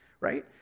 right